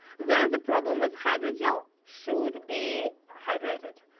then the problem was hydrogel should be hydrated.